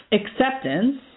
acceptance